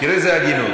תראה איזו הגינות.